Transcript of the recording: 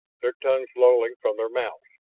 their tongues lolling from their mouths,